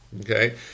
Okay